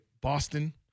Boston